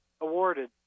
awarded